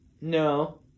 No